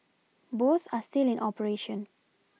both are still in operation